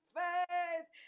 faith